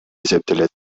эсептелет